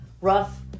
Rough